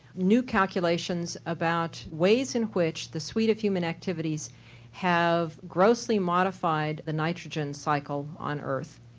new calculations about ways in which the suite of human activities have grossly modified the nitrogen cycle on earth.